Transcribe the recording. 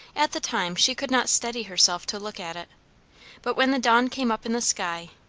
at the time she could not steady herself to look at it but when the dawn came up in the sky,